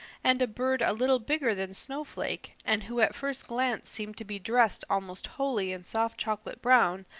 and a bird a little bigger than snowflake, and who at first glance seemed to be dressed almost wholly in soft chocolate brown,